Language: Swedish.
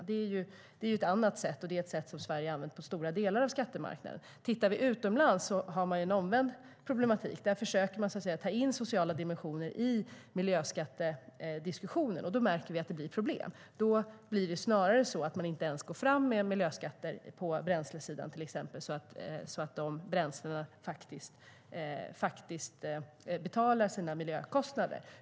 Det är ett annat sätt, och det har Sverige använt på stora delar av skattemarknaden. Utomlands har man en omvänd problematik. Där försöker man så att säga ta in sociala dimensioner i miljöskattediskussionen, och då märker vi att det blir problem. Då blir det snarare så att man inte ens går fram med miljöskatter på bränslesidan för att se till att bränslena faktiskt betalar sina miljökostnader.